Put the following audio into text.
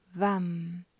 VAM